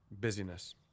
busyness